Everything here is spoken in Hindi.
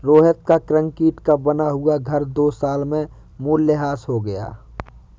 रोहित का कंक्रीट का बना हुआ घर दो साल में मूल्यह्रास हो गया